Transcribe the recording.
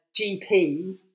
GP